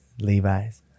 Levi's